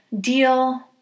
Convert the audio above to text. deal